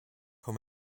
home